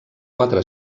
quatre